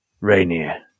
Rainier